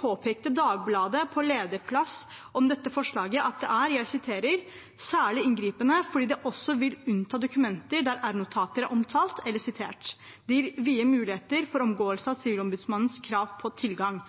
påpekte Dagbladet på lederplass følgende om dette: «Forslaget er særlig inngripende fordi det også vil unnta dokumenter der r-notater er omtalt eller sitert. Det gir vide muligheter for omgåelse av Sivilombudsmannens krav på tilgang.»